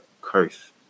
curse